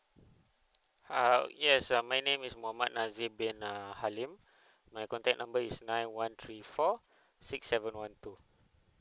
uh yes uh my name is mohamad nazim bin uh halim my contact number is nine one three four six seven one two